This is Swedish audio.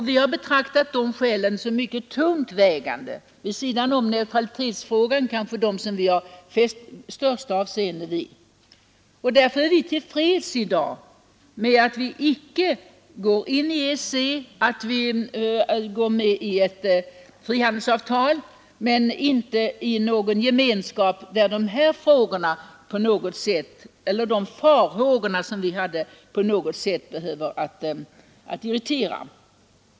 Vi har betraktat dessa skäl som mycket tungt vägande, vid sidan om neutralitetsfrågan kanske dem som vi fäst största avseende vid. Därför är vi i dag till freds med att vi går med i ett frihandelsavtal men inte i någon gemenskap, där de farhågor vi hyste på något sätt behöver irritera.